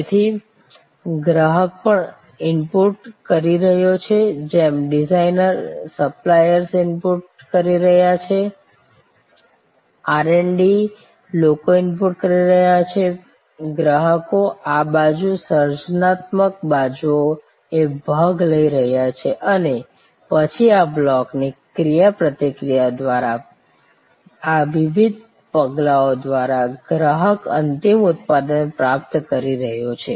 તેથી ગ્રાહક પણ ઇનપુટ કરી રહ્યો છે જેમ ડિઝાઇનર્સ સપ્લાયર્સ ઇનપુટ કરી રહ્યા છે આર એન્ડ ડી લોકો ઇનપુટ કરી રહ્યા છે ગ્રાહકો આ બાજુ સર્જનાત્મક બાજુએ ભાગ લઈ રહ્યા છે અને પછી આ બ્લોક્સની ક્રિયાપ્રતિક્રિયા દ્વારા આ વિવિધ પગલાઓ દ્વારા ગ્રાહક અંતિમ ઉત્પાદન પ્રાપ્ત કરી રહ્યો છે